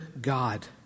God